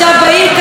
חברי,